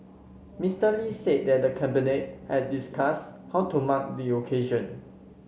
Mister Lee said that the Cabinet had discussed how to mark the occasion